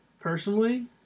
personally